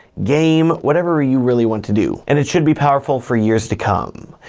game, whatever you really want to do. and it should be powerful for years to come.